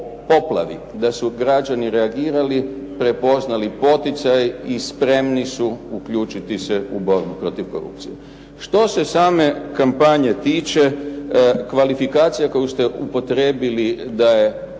da su građani reagirali, prepoznali poticaj i spremni se uključiti u borbu protiv korupcije. Što se same kampanje tiče, kvalifikacija koju ste upotrijebili da je